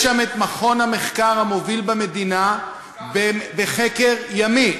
ישנו שם מכון המחקר המוביל במדינה בחקר ימי.